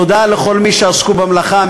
תודה לכל מי שעסקו במלאכה,